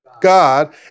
God